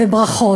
ברכות.